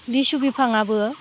लिसु बिफाङाबो